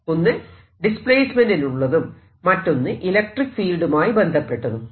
ഒന്ന് ഡിസ്പ്ലേസ്മെന്റിനുള്ളതും മറ്റൊന്ന് ഇലക്ട്രിക്ക് ഫീൽഡുമായി ബന്ധപ്പെട്ടതും